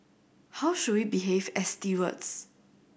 how should we behave as stewards